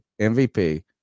MVP